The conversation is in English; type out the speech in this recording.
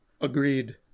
Agreed